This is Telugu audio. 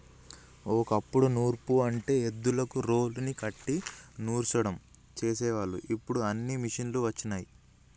ఓ కప్పుడు నూర్పు అంటే ఎద్దులకు రోలుని కట్టి నూర్సడం చేసేవాళ్ళు ఇప్పుడు అన్నీ మిషనులు వచ్చినయ్